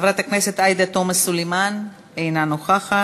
חברת הכנסת עאידה תומא סלימאן, אינה נוכחת,